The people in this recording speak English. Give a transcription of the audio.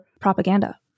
propaganda